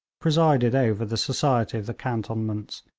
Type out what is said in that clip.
presided over the society of the cantonments,